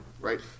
right